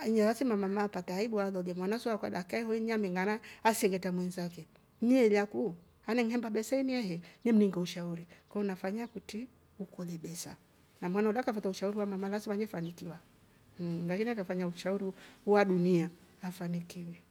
aiya lazima mama tataibwa lole mwana sio wakola akehiu nyamngena asilete mwenzake neeiria ku anemhemba besenie ni mninga ushauri kuna fanyia kuti ukule besa na mwana ulaka vo ta ushauri wa mama lazima nifanikiwa mhh lakini akafanya ushauru wa dunia afanikiwe.